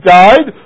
died